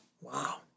Wow